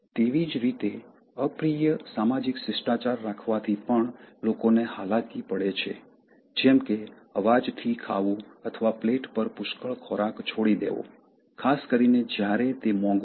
તેવી જ રીતે અપ્રિય સામાજિક શિષ્ટાચાર રાખવાથી પણ લોકોને હાલાકી પડે છે જેમ કે અવાજથી ખાવું અથવા પ્લેટ પર પુષ્કળ ખોરાક છોડી દેવો ખાસ કરીને જ્યારે તે મોંઘું હોય